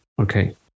Okay